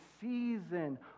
season